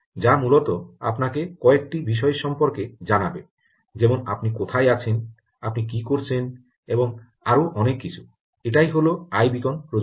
যা মূলত আপনাকে কয়েকটি বিষয় সম্পর্কে জানাবে যেমন আপনি কোথায় আছেন আপনি কী করছেন এবং আরও অনেক কিছু এটাই হল আইবীকন প্রযুক্তি